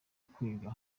kwiga